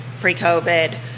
pre-covid